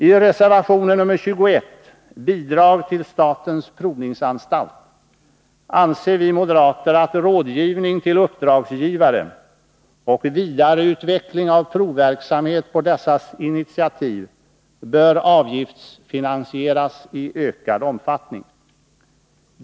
I reservation nr 21 om Bidrag till statens provningsanstalt anser vi moderater att rådgivning till uppdragsgivare och vidareutveckling av provverksamhet på dessas initiativ bör avgiftsfinansieras i ökad omfattning.